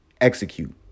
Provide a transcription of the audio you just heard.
execute